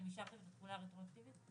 אתם אישרתם תחולה רטרואקטיבית?